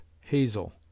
Hazel